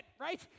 right